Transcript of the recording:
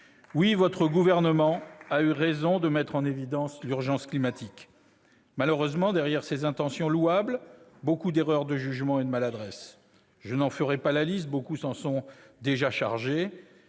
Oui, votre gouvernement a eu raison de mettre en évidence l'urgence climatique. Malheureusement, derrière ces intentions louables, il y a eu beaucoup d'erreurs de jugement et de maladresses ! Je n'en ferai pas la liste. Beaucoup s'en sont déjà chargés.